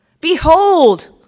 Behold